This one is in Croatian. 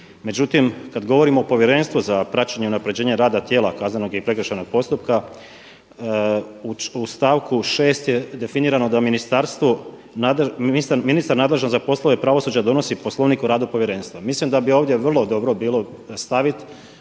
Međutim, kad govorimo o Povjerenstvu za praćenje unaprjeđenja rada tijela kaznenog i prekršajnog postupka u stavku 6. je definirano da ministar nadležan za poslove pravosuđa donosi Poslovnik o radu povjerenstva. Mislim da bi ovdje vrlo dobro bilo staviti